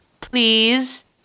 please